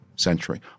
century